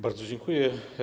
Bardzo dziękuję.